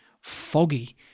foggy